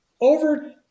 over